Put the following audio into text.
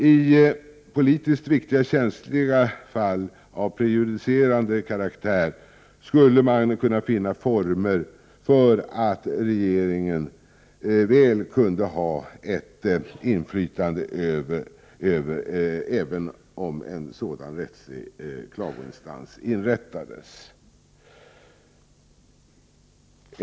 I politiskt viktiga och känsliga fall av prejudicerande karaktär skulle man kunna finna former för att bereda regeringen ett avgörande inflytande, även om en sådan rättslig klagoinstans inrättades.